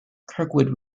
kirkwood